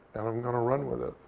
and i'm going to run with it.